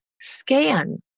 scan